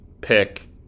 pick